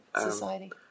Society